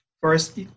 first